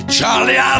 Charlie